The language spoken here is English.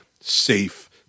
safe